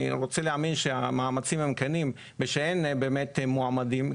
אני רוצה להאמין שהמאמצים הם כנים ושאין באמת מועמדים.